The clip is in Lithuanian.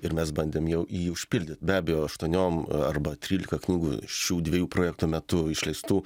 ir mes bandėm jau jį užpildyt be abejo aštuoniom arba trylika knygų šių dviejų projektų metu išleistų